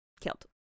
killed